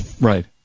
Right